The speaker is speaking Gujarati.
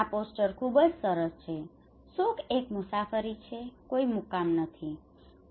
આ પોસ્ટર ખૂબ જ સરસ છે 'સુખ એક મુસાફરી છે કોઈ મુકામ નથી'